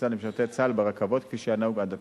נסיעה למשרתי צה"ל ברכבות כפי שהיה נהוג עד עתה.